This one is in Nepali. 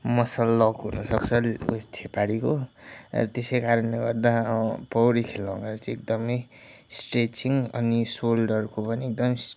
मसल लक हुन सक्छ छेपारीको र त्यसैकारणले गर्दा पौडी खेलाउदा चाहिँ एकदमै स्ट्रेचिङ अनि सोल्डरको पनि एकदम